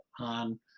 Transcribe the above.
on